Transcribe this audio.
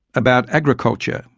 about agriculture,